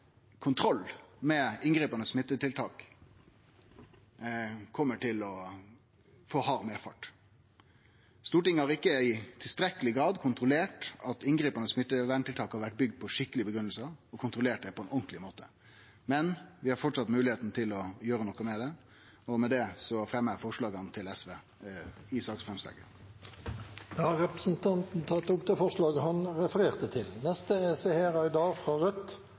kontroll med inngripande smitteverntiltak kjem til å få hard medfart. Stortinget har ikkje i tilstrekkeleg grad kontrollert at inngripande smitteverntiltak har vore bygde på skikkelege grunngivingar, og kontrollert det på ein ordentleg måte. Men vi har framleis moglegheit til å gjere noko med det, og med det fremjar eg forslaget til SV. Da har representanten Torgeir Knag Fylkesnes tatt opp det forslaget han refererte til.